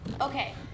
Okay